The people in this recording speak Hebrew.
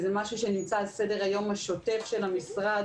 זה משהו שנמצא על סדר היום השוטף של המשרד,